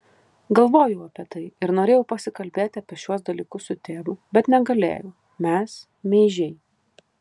galvojau apie tai ir norėjau pasikalbėti apie šiuos dalykus su tėvu bet negalėjau mes meižiai